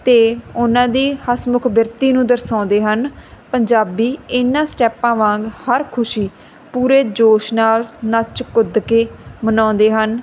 ਅਤੇ ਉਹਨਾਂ ਦੇ ਹਸਮੁਖ ਬਿਰਤੀ ਨੂੰ ਦਰਸਾਉਂਦੇ ਹਨ ਪੰਜਾਬੀ ਇਹਨਾਂ ਸਟੈਪਾਂ ਵਾਂਗ ਹਰ ਖੁਸ਼ੀ ਪੂਰੇ ਜੋਸ਼ ਨਾਲ ਨੱਚ ਕੁੱਦ ਕੇ ਮਨਾਉਂਦੇ ਹਨ